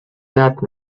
that